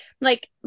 like-